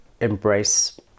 embrace